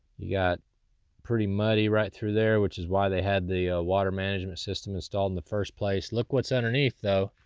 you got pretty muddy right through there which is why they had the water management system installed in the first place. look what's underneath though.